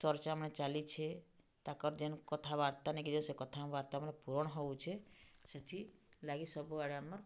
ଚର୍ଚ୍ଚମାନେ ଚାଲିଛେ ତାକର୍ ଯେନ୍ କଥାବାର୍ତ୍ତା ନେଇକେଁ ଯେନ୍ ସେ କଥାବାର୍ତ୍ତାମାନେ ପୂରଣ୍ ହଉଛେ ସେଥିର୍ଲାଗି ସବୁଆଡ଼େ ଆମର୍